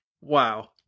Wow